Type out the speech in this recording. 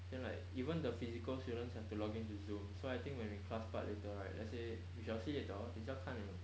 then like even the physical students have to log into zoom so I think when we class part later right let's say we shall see later 等一下看